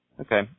Okay